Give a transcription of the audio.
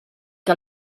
què